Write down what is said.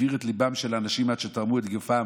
הבעיר את ליבם של אנשים עד שתרמו את גופם,